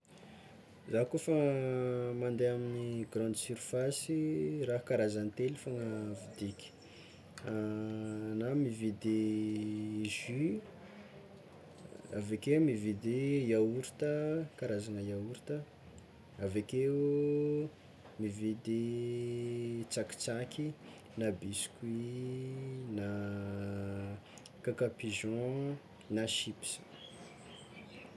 Zah kôfa mandeha amin'ny grande surface raha karazagny telo fôgna vidiky, zah mividy jus, aveke mividy yaorta karazagna yaorta avekeo mividy tsakitsaky na biscuit na kk pigeon na chips.